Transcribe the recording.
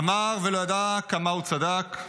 אמר, ולא ידע כמה הוא צדק.